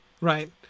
right